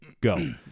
go